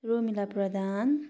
Romila Pradhan